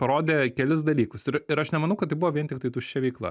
parodė kelis dalykus ir ir aš nemanau kad tai buvo vien tiktai tuščia veikla